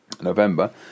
November